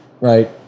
right